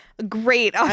Great